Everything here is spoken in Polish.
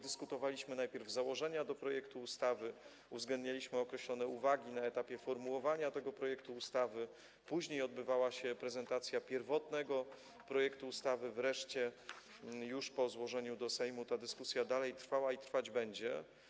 Dyskutowaliśmy na nich najpierw założenia do projektu ustawy, uwzględnialiśmy określone uwagi na etapie formułowania tego projektu ustawy, później odbywała się prezentacja pierwotnego projektu ustawy, wreszcie po złożeniu w Sejmie ta dyskusja dalej trwała i trwać będzie.